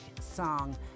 song